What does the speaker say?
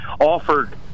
offered